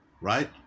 Right